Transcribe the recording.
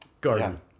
garden